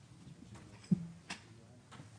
כולנו נמצאים במערכת בחירות וזה היה יכול להתעכב.